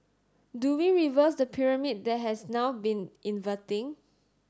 do we reverse the pyramid that has now been inverting